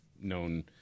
known